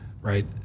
right